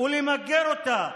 ולמגר אותה,